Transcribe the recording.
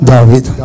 David